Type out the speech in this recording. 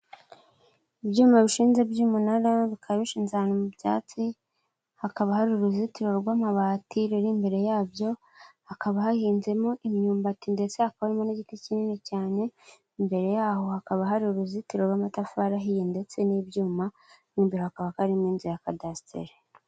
Ibyuma bishinze by'umunara bikaba bishinze by'umunara bikaba bishinze ahantu mu byatsi hakaba hari uruzitiro rw'amabati ruri imbere yabyo, hakaba hahinzemo imyumbati ndetse hakaba harimo n'igiti kinini cyane, imbere yaho hakaba hari uruzitiro rw'amatafari ahiye ndetse n'ibyuma mu imbere hakaba karimo inzu ya kadasiteri.